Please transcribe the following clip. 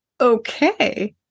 okay